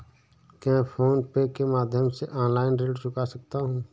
क्या मैं PhonePe के माध्यम से ऑनलाइन ऋण चुका सकता हूँ?